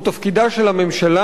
הוא תפקידה של הממשלה.